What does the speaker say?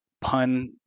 pun